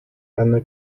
eine